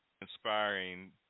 inspiring